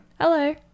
Hello